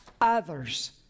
Others